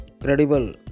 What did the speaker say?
credible